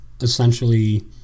Essentially